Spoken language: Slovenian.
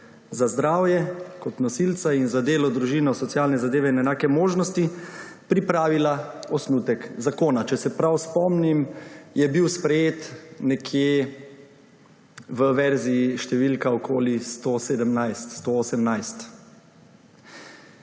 za zdravje, kot nosilca, in za delo, družino, socialne zadeve in enake možnosti pripravila osnutek zakona. Če se prav spomnim, je bil sprejet nekje v verziji številka okoli 117, 118.